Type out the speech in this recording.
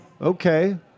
okay